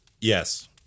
Yes